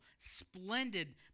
splendid